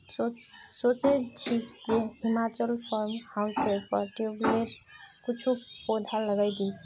सोचे छि जे हिमाचलोर फार्म हाउसेर पर ट्यूलिपेर कुछू पौधा लगइ दी